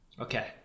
okay